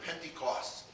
Pentecost